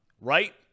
right